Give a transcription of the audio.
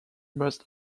must